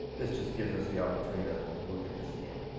this just gives us the opportunity to look at this again.